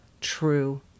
true